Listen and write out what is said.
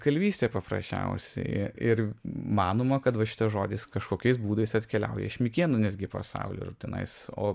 kalvystė paprasčiausiai ir manoma kad va šitas žodis kažkokiais būdais atkeliauja iš mikėnų netgi pasaulio ir tenais o